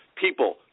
people